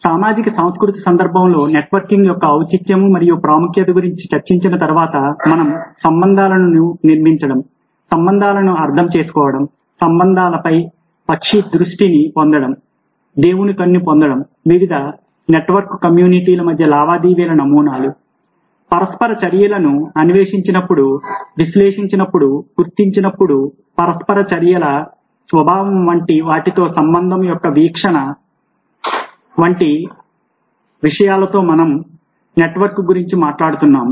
కాబట్టి సామాజిక సాంస్కృతిక సందర్భంలో నెట్వర్కింగ్ యొక్క ఔచిత్యం మరియు ప్రాముఖ్యత గురించి చర్చించిన తరువాత మనం సంబంధాలను నిర్మించడం సంబంధాలను అర్థం చేసుకోవడం సంబంధాలపై పక్షి దృష్టిని పొందడం దేవుని కన్ను పొందడం వివిధ నెట్వర్క్ కమ్యూనిటీల మధ్య లావాదేవీల నమూనాలు పరస్పర చర్యలను అన్వేషించినప్పుడు విశ్లేషించినప్పుడు గుర్తించినప్పుడు పరస్పర చర్యల స్వభావం వంటి వాటితో సంబంధం యొక్క వీక్షణ వంటి విషయాలలో మనము నెట్వర్క్ గురించి మాట్లాడుతున్నాము